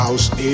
House